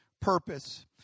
purpose